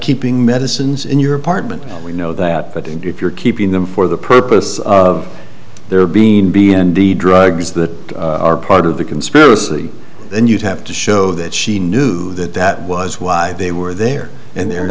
keeping medicines in your apartment you know that but if you're keeping them for the purpose of there being be indeed drugs that are part of the conspiracy then you'd have to show that she knew that that was why they were there and there